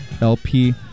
LP